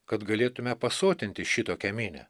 kad galėtume pasotinti šitokią minią